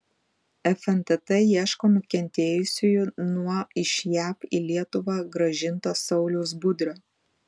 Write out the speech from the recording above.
fntt ieško nukentėjusių nuo iš jav į lietuvą grąžinto sauliaus budrio